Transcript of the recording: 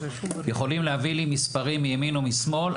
יכולים להביא לי מספרים מימין ומשמאל,